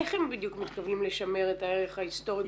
איך הם בדיוק מתכוונים לשמר את הערך ההיסטוריה.